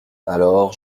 alors